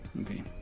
Okay